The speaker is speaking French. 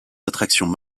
attractions